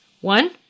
One